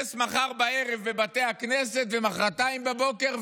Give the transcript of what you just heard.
מחר בערב בבתי הכנסת ומוחרתיים בבוקר,